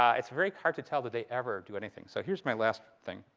it's very hard to tell that they ever do anything. so here's my last thing.